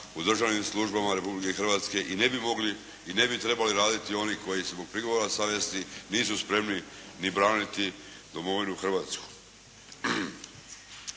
u državnim službama Republike Hrvatske i ne bi mogli i ne bi trebali raditi oni koji zbog prigovora savjesti nisu spremni ni braniti domovinu Hrvatsku.